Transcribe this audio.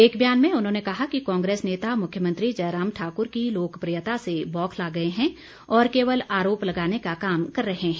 एक बयान में उन्होंने कहा कि कांग्रेस नेता मुख्यमंत्री जयराम ठाकुर की लोकप्रियता से बोखला गए हैं और केवल आरोप लगाने का काम कर रहे हैं